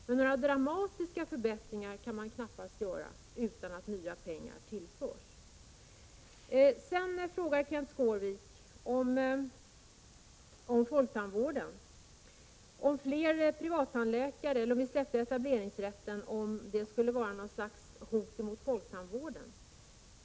Men några dramatiska förbättringar kan man knappast göra utan att nya pengar tillförs. Kenth Skårvik frågar om fler privattandläkare skulle vara ett hot mot folktandvården vid ett frisläppande av etableringsrätten.